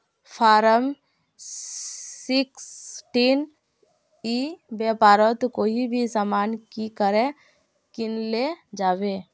Form sixteen ई व्यापारोत कोई भी सामान की करे किनले जाबे?